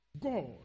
God